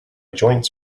joints